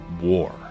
war